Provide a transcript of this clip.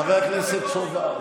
חבר הכנסת סובה,